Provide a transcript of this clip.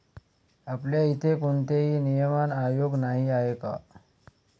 आपल्या इथे कोणतेही नियमन आयोग नाही आहे का?